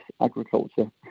agriculture